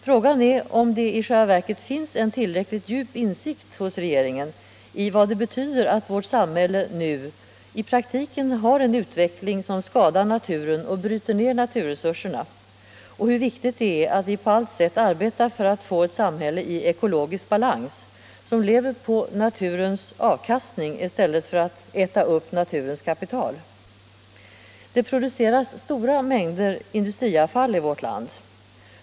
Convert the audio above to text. Frågan är om det i själva verket finns en tillräckligt djup insikt hos regeringen i vad det betyder att vårt samhälle nu i praktiken har en utveckling som skadar naturen och bryter ned naturresurserna och hur viktigt det är att vi på allt sätt arbetar för att få ett samhälle i ekologisk balans, som lever på naturens avkastning i stället för att äta upp naturens kapital. Det produceras stora mängder industriavfall i vårt land.